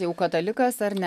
jau katalikas ar ne